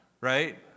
Right